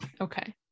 Okay